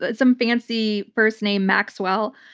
but some fancy first name, maxwell.